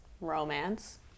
romance